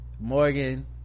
Morgan